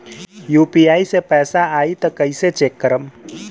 UPI से पैसा आई त कइसे चेक करब?